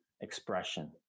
expression